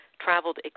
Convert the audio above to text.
traveled